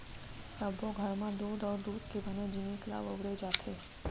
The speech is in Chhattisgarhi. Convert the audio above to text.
सब्बो घर म दूद अउ दूद के बने जिनिस ल बउरे जाथे